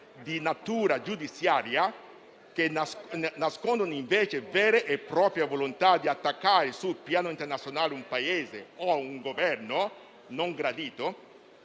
di natura giudiziaria, che nascondono invece vere e proprie volontà di attaccare, sul piano internazionale, un Paese o un Governo non gradito.